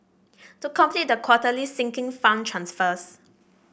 to complete the quarterly Sinking Fund transfers